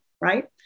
right